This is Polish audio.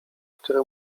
które